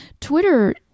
Twitter